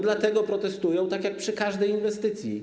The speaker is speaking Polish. Dlatego protestują, tak jak przy każdej inwestycji.